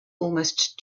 almost